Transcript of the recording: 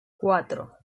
cuatro